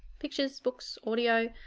pictures', books, audio,